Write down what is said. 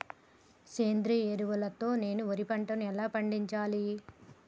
సేంద్రీయ ఎరువుల తో నేను వరి పంటను ఎలా పండించాలి?